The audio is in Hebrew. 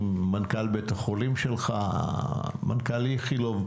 מנכ"ל בית החולים שלך מנכ"ל איכילוב.